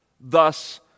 thus